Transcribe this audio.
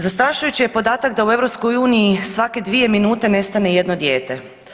Zastrašujući je podatak da u EU svake 2 minute nestane jedno dijete.